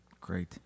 Great